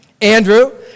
Andrew